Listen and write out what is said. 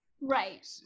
Right